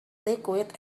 liquid